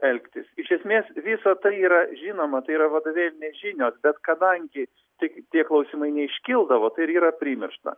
elgtis iš esmės visa tai yra žinoma tai yra vadovėlinės žinios bet kadangi tik tie klausimai neiškildavo tai ir yra primiršta